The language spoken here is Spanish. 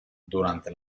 durante